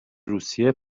روسیه